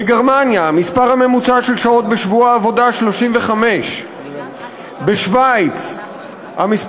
בגרמניה המספר הממוצע של שעות בשבוע עבודה הוא 35. בשווייץ המספר